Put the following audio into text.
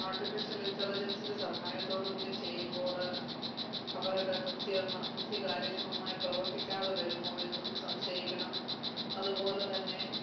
artificial ഇൻറ്റലിജൻസിൻ്റെ സഹായത്തോടുകൂടി ചെയ്യുമ്പോൾ അവരുടെ ബുദ്ധിയ ബുദ്ധി കാര്യക്ഷമമായി പ്രവർത്തിക്കാതെ വരുമോ എന്നും സംശയിക്കണം അതുപോലെത്തന്നെ